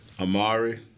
Amari